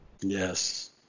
Yes